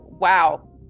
Wow